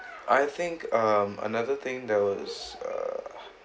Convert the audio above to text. I think um another thing there was uh